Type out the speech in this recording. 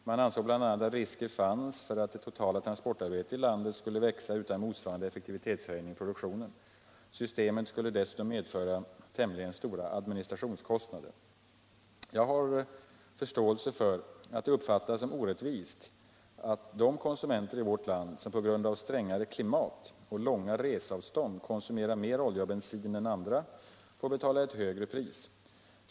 Man ansåg bl.a. att risker fanns för att det totala transportarbetet i landet skulle växa utan motsvarande effektivitetshöjning i produktionen. Systemet skulle dessutom medföra tämligen stora administrationskostnader. Jag har förståelse för att det uppfattas som orättvist att de konsumenter i vårt land som på grund av strängare klimat och långa reseavstånd konsumerar mer olja och bensin än andra får betala ett högre pris.